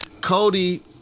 Cody